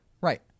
Right